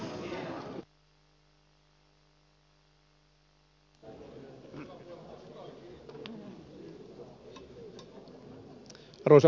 arvoisa puhemies